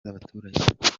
z’abaturage